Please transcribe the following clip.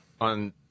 on